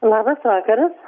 labas vakaras